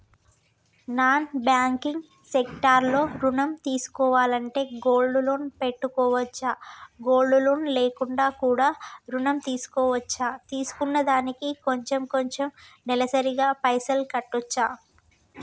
Non banking sector లో ఋణం తీసుకోవాలంటే గోల్డ్ లోన్ పెట్టుకోవచ్చా? గోల్డ్ లోన్ లేకుండా కూడా ఋణం తీసుకోవచ్చా? తీసుకున్న దానికి కొంచెం కొంచెం నెలసరి గా పైసలు కట్టొచ్చా?